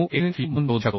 9 AnFu म्हणून शोधू शकतो